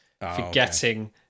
forgetting